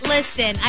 Listen